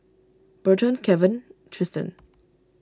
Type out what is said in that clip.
Burton Kevan Triston